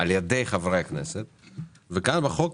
על ידי חברי הכנסת; וכאן בהצעת החוק